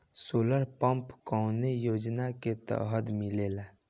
Solar pump कौने योजना के तहत मिलेला?